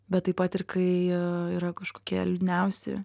bet taip pat ir kai yra kažkokie liūdniausi